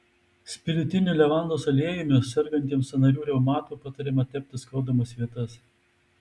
spiritiniu levandos aliejumi sergantiems sąnarių reumatu patariama tepti skaudamas vietas